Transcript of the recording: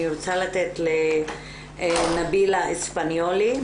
אני רוצה לתת לנבילה אספניולי,